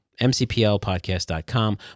mcplpodcast.com